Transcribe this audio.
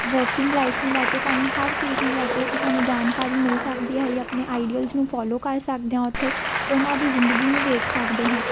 working life ਨੂੰ ਲੈ ਕੇ ਸਾਨੂੰ ਹਰ ਚੀਜ਼ ਨੂੰ ਲੈ ਕੇ ਉੱਥੇ ਸਾਨੂੰ ਜਾਣਕਾਰੀ ਮਿਲ ਸਕਦੀ ਹੈ ਜਾਂ ਆਪਣੇ ਆਈਡੀਅਲਸ ਨੂੰ ਫੋਲੋ ਕਰ ਸਕਦੇ ਹਾਂ ਉੱਥੇ ਉਹਨਾਂ ਦੀ ਜ਼ਿੰਦਗੀ ਨੂੰ ਦੇਖ ਸਕਦੇ ਹਾਂ